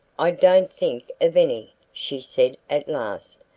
i don't think of any, she said at last.